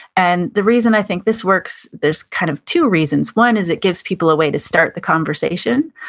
and the reason i think this works, there's kind of two reasons, one is it gives people a way to start the conversation,